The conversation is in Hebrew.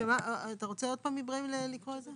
אתה רוצה עוד פעם איברהים לקרוא את זה?